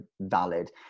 valid